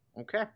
Okay